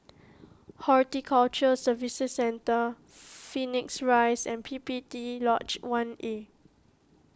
Horticulture Services Centre Phoenix Rise and P P T Lodge one A